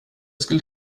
skulle